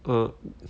err